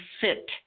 fit